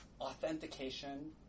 authentication